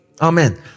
Amen